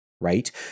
right